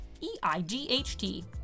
E-I-G-H-T